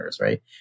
right